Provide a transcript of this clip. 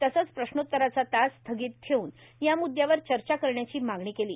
तसंच प्रश्नोत्तराचा तास स्थगित ठेवून या मुद्यावर चर्चा करण्याची मागणी केली